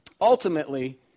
ultimately